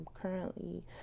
currently